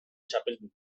txapeldunak